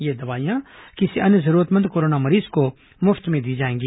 ये दवाइयां किसी अन्य जरूरतमंद कोरोना मरीज को मुफ्त में दी जाएंगी